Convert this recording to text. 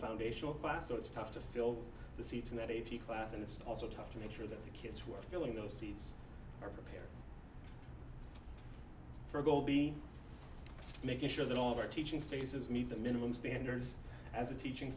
foundational class so it's tough to fill the seats in that a p class and it's also tough to make sure that the kids who are filling those seats are prepared for go be making sure that all of our teaching spaces meet the minimum standards as a teaching